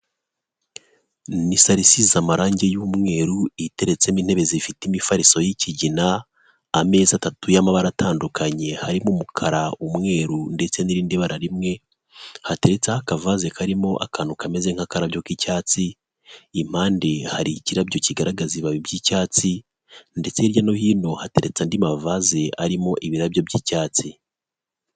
Ni saro isize amarangi y'umweru iteretsemo intebe zifite imifariso y'ikigina ameza atatu y'amabara atandukanye harimo umukara, umweru ndetse n'irindi bara rimwe hateretseho akavaze karimo akantu kameze nk'akarabyo k'icyatsi impande hari ikirabyo kigaragaza ibibabi by'icyatsi ndetse hirya no hino hateretse andi mavaze arimo ibirabyo by'icyatsi.